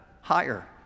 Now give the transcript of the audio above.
higher